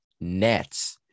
Nets